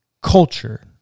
Culture